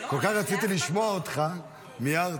כל כך רציתי לשמוע אותך, מיהרתי.